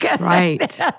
Right